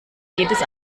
jedes